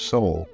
Soul